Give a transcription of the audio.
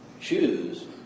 choose